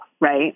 Right